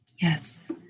Yes